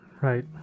Right